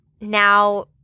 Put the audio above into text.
now